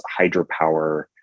hydropower